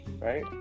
Right